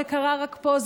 זה קרה רק פה,